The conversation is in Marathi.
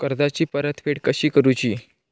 कर्जाची परतफेड कशी करुची?